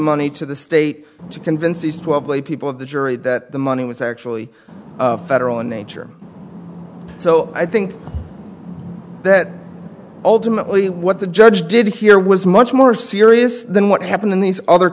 money to the state to convince the people of the jury that the money was actually federal in nature so i think that ultimately what the judge did here was much more serious than what happened in these other